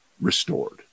restored